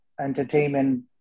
entertainment